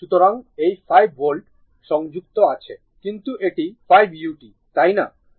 সুতরাং এই 5 ভোল্ট সংযুক্ত আছে কিন্তু এটি 5 u তাই না